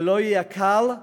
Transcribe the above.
זה לא יהיה קל,